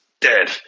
dead